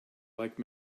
like